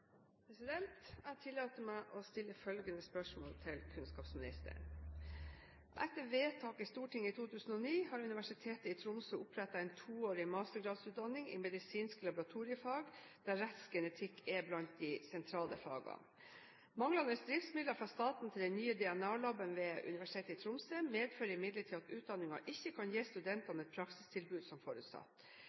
vedtak i Stortinget i 2009 har Universitetet i Tromsø, UiT, opprettet en toårig mastergradsutdanning i medisinske laboratoriefag der rettsgenetikk er blant de sentrale fagene. Manglende driftsmidler fra staten til den nye DNA-laben ved UiT medfører imidlertid at utdanningen ikke kan gi studentene et praksistilbud som forutsatt.